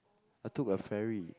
I took a ferry